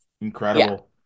Incredible